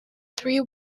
three